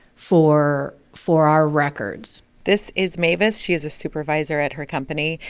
for for our records this is mavis. she is a supervisor at her company.